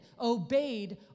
obeyed